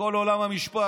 בכל עולם המשפט.